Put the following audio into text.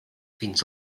fins